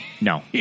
No